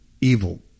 evil